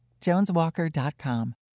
Joneswalker.com